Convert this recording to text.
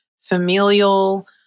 familial